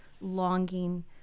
longing